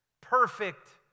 perfect